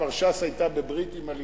כבר ש"ס היתה בברית עם הליכוד,